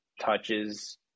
touches